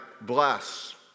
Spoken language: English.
bless